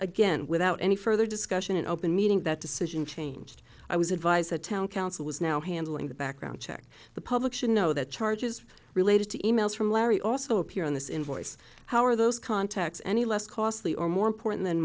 again without any further discussion in open meeting that decision changed i was advised the town council is now handling the background check the public should know that charges related to emails from larry also appear on this invoice how are those contacts any less costly or more important than